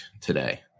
today